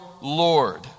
Lord